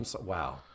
Wow